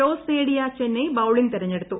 toss നേടിയ ചെന്നെബൌളിംഗ് തിരഞ്ഞെടുത്തു